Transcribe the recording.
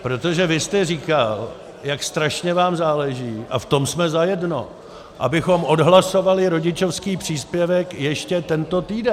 Protože vy jste říkal, jak strašně vám záleží, a v tom jsme zajedno, abychom odhlasovali rodičovský příspěvek ještě tento týden.